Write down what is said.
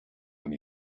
when